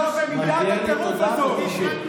לא במידת הטירוף הזאת.